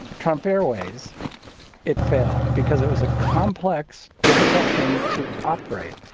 trump airways it failed because it was a complex, difficult thing to operate.